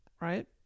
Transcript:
Right